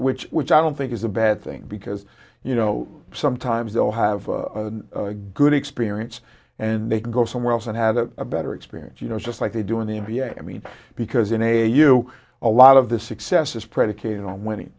which which i don't think is a bad thing because you know sometimes they'll have a good experience and they go somewhere else and have a better experience you know just like they do in the n b a i mean because in a you a lot of the success is predicated on winning